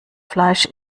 fleisch